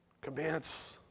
commence